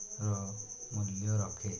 ର ମୂଲ୍ୟ ରଖେ